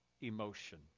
emotion